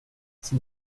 ces